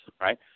right